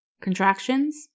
Contractions